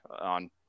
on